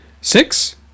Six